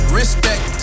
respect